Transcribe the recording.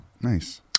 Nice